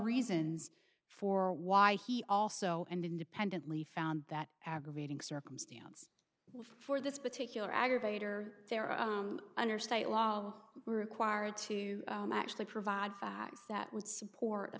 reasons for why he also and independently found that aggravating circumstance for this particular aggravator there are under state law required to actually provide facts that would support